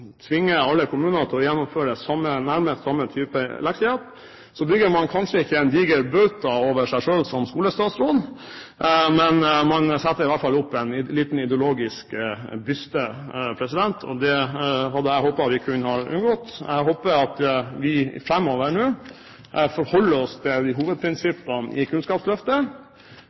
tvinge alle kommuner til å gjennomføre nærmest samme type leksehjelp kanskje ikke bygger en diger bauta over seg selv som skolestatsråd, men man setter i hvert fall opp en liten ideologisk byste, og det hadde jeg håpet vi kunne unngått. Jeg håper vi nå framover forholder oss til hovedprinsippene i Kunnskapsløftet,